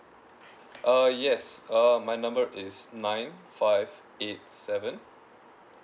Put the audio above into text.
uh yes um my number is nine five eight seven